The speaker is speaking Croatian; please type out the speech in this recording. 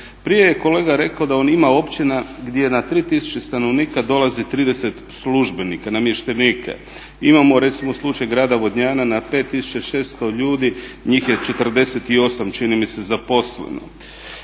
Prije je kolega rekao da on ima općina gdje na 3000 stanovnika dolazi 30 službenika, namještenika. Imamo recimo slučaj Grada Vodnjana na 5600 ljudi njih je 48 čini mi se zaposleno.